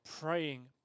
praying